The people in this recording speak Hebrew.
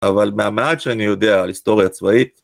אבל מהמעט שאני יודע על היסטוריה צבאית